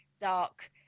dark